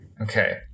Okay